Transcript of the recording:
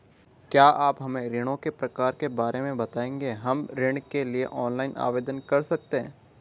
क्या आप हमें ऋणों के प्रकार के बारे में बताएँगे हम ऋण के लिए ऑनलाइन आवेदन कर सकते हैं?